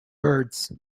birds